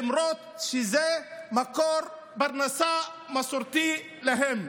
למרות שזה מקור פרנסה מסורתי שלהם.